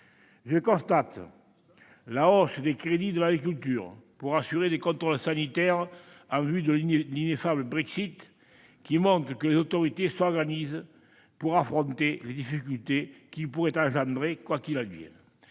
Je constate la hausse des crédits de l'agriculture pour assurer des contrôles sanitaires en vue de l'ineffable Brexit, qui montre que les autorités s'organisent pour affronter les difficultés qu'il pourrait engendrer, quoi qu'il advienne.